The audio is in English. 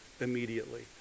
immediately